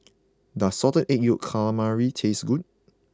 does Salted Egg Calamari taste good